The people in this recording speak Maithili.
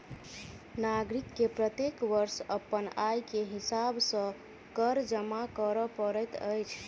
नागरिक के प्रत्येक वर्ष अपन आय के हिसाब सॅ कर जमा कर पड़ैत अछि